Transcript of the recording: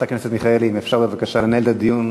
אם אפשר, בבקשה לנהל את הדיון